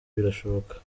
birashoboka